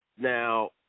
Now